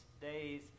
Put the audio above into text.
days